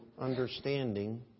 understanding